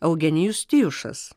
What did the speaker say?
eugenijus tijušas